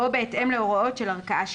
או בהתאם להוראות שלל ערכאה שיפוטית".